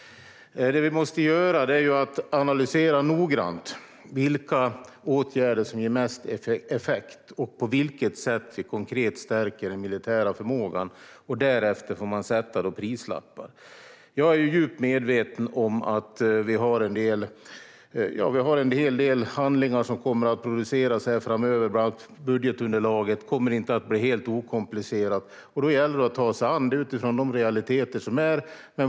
Det vi måste göra är att noggrant analysera vilka åtgärder som ger mest effekt och på vilket sätt vi konkret stärker den militära förmågan. Därefter får man sätta prislappar. Jag är djupt medveten om att en hel del handlingar kommer att produceras framöver, bland annat budgetunderlaget. Det kommer inte att bli helt okomplicerat, och då gäller det att ta sig an det utifrån de realiteter som är.